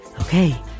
Okay